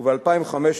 וב-2015,